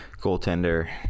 goaltender